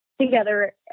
together